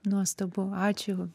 nuostabu ačiū